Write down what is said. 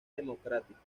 democrático